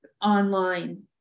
online